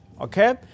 okay